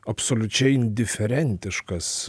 absoliučiai indiferentiškas